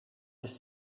just